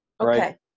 Okay